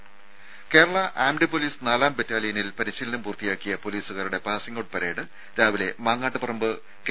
രും Kerala armed police നാലാം ബറ്റാലിയനിൽ പരിശീലനം പൂർത്തിയാക്കിയ പൊലീസുകാരുടെ പാസിങ്ങ് ഔട്ട് പരേഡ് രാവിലെ മാങ്ങാട്ടുപറമ്പ് കെ